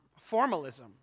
formalism